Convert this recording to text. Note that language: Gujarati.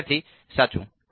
વિદ્યાર્થી સાચું